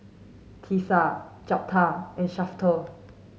Tisa Jeptha and Shafter